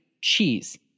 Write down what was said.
cheese